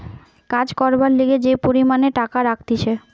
কাজ করবার লিগে যে পরিমাণে টাকা রাখতিছে